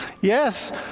Yes